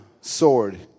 sword